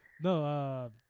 No